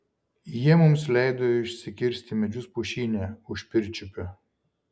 jie mums leido išsikirsti medžius pušyne už pirčiupio